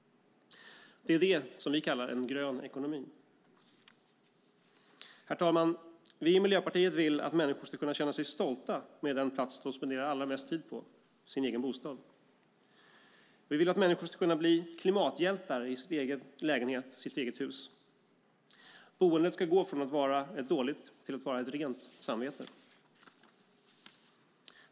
Det är det som vi kallar en grön ekonomi. Herr talman! Vi i Miljöpartiet vill att människor ska känna sig stolta över den plats de spenderar allra mest tid på - sin egen bostad. Vi vill att människor ska bli klimathjältar i sin egen lägenhet eller sitt eget hus. Boendet ska gå från att vara ett dåligt till att vara ett rent samvete.